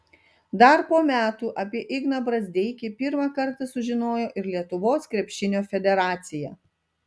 dar po metų apie igną brazdeikį pirmą kartą sužinojo ir lietuvos krepšinio federacija